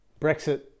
Brexit